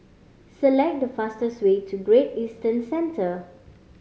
select the fastest way to Great Eastern Centre